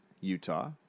Utah